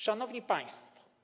Szanowni Państwo!